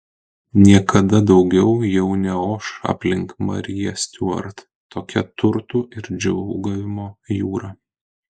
niekada daugiau jau neoš aplink mariją stiuart tokia turtų ir džiūgavimo jūra